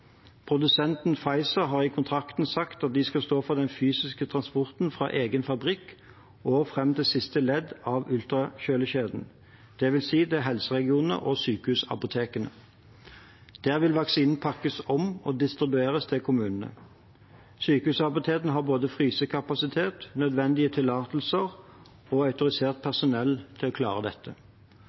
Produsenten Pfizer har i kontrakten sagt at de skal stå for den fysiske transporten fra egen fabrikk og fram til siste ledd av ultrakjølekjeden, dvs. til helseregionene og sykehusapotekene. Der vil vaksinene pakkes om og distribueres til kommunene. Sykehusapotekene har både frysekapasitet, nødvendige tillatelser og autorisert personell til å klare dette.